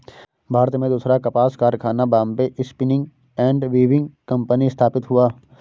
भारत में दूसरा कपास कारखाना Bombay spinning and weaving company स्थापित हुआ